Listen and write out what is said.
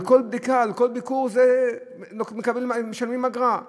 על כל בדיקה, על כל ביקור משלמים אגרה.